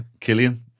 Killian